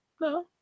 no